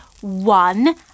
one